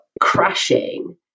crashing